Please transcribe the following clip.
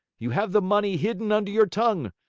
you have the money hidden under your tongue.